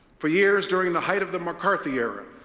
for years, during the height of the mccarthy era,